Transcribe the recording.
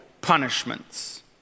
punishments